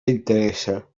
interessa